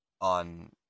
on